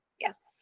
Yes